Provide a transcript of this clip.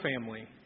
family